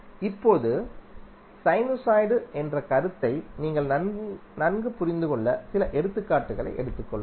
இப்போது சைனுசாய்டு என்ற கருத்தை நீங்கள் நன்கு புரிந்துகொள்ள சில எடுத்துக்காட்டுகளை எடுத்துக்கொள்வோம்